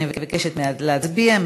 אני מבקשת להצביע.